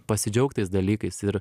pasidžiaugt tais dalykais ir